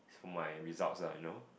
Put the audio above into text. my results lah you know